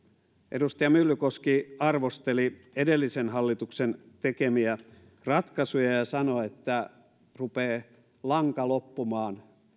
edustaja myllykoski arvosteli edellisen hallituksen tekemiä ratkaisuja ja ja sanoi että rupeaa lanka loppumaan